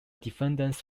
defendants